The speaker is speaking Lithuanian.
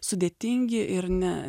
sudėtingi ir ne